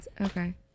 okay